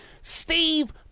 Steve